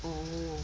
oo